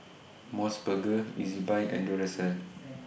Mos Burger Ezbuy and Duracell